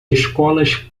escolas